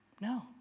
No